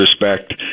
respect